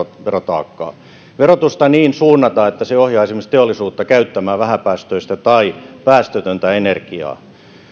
verotaakkaa verotusta suunnata niin että se ohjaa esimerkiksi teollisuutta käyttämään vähäpäästöistä tai päästötöntä energiaa